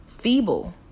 feeble